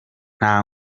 nta